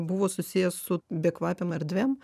buvo susijęs su bekvapėm erdvėm